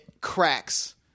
cracks